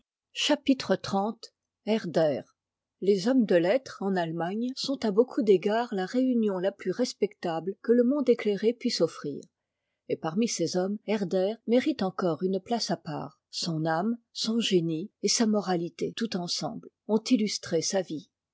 chapitre xxx erfer les hommes de lettres en allemagne sont à beaucoup d'égards la réunion la plus respectable que le monde éclairé puisse offrir et parmi ces hommes herder mérite encore une place à part son âme son génie et sa moralité tout ensemble ont illustré sa vie